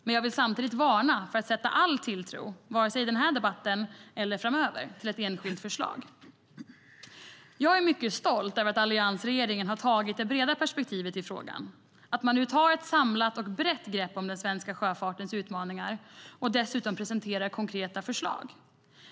Men jag vill samtidigt varna för att sätta all tilltro, i den här debatten eller framöver, till ett enskilt förslag. Jag är mycket stolt över att alliansregeringen har tagit det breda perspektivet i frågan och att man nu tar ett samlat och brett grepp om den svenska sjöfartens utmaningar och dessutom presenterar konkreta förslag.